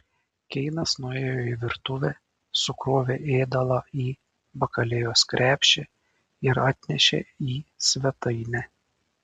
keinas nuėjo į virtuvę sukrovė ėdalą į bakalėjos krepšį ir atnešė į svetainę